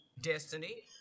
destiny